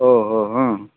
ಓಹೋ ಹ್ಞೂ